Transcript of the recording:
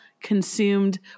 consumed